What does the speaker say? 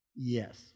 Yes